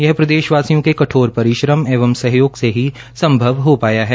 यह प्रदेशवासियों के कठोर परिश्रम एवं सहयोग से ही संभव हो पाया है